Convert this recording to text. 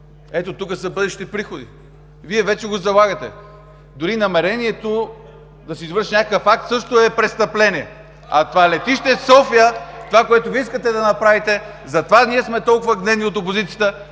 Ето тук са бъдещите приходи. Вие вече го залагате. Дори намерението да се извърши някакъв акт също е престъпление. Летище София – това, което Вие искате да направите, затова ние сме толкова гневни от опозицията,